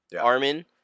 Armin